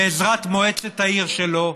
בעזרת מועצת העיר שלו,